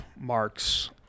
marks